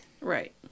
Right